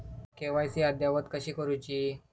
KYC अद्ययावत कशी करुची?